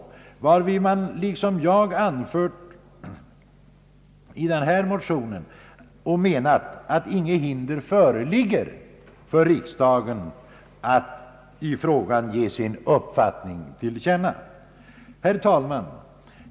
I den motionen har man — i likhet med vad jag anfört i den förevarande motionen — menat att intet hinder föreligger för riksdagen att ge sin uppfattning i frågan till känna. Herr talman!